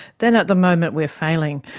then at the moment we are failing.